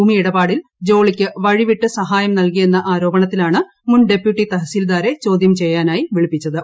ഭൂമിയിടപാടിൽ ജോളിക്ക് വഴിവിട്ട് സഹായം നൽകിയെന്ന ആരോപണത്തിലാണ് മുൻ ഡെപ്യൂട്ടി തഹസീൽദാരെ ചോദ്യം ചെയ്യാനായി വിളിപ്പിച്ചത്